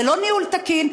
זה לא ניהול תקין.